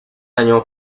año